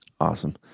Awesome